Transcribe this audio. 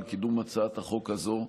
על קידום הצעת החוק הזו,